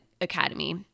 Academy